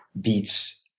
beats